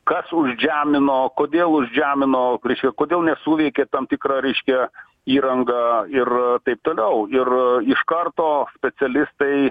kas užžemino kodėl užžemino reiškia kodėl nesuveikė tam tikra reiškia įranga ir taip toliau ir iš karto specialistai